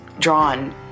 drawn